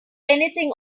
anything